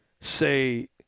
say